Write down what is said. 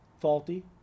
faulty